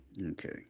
Okay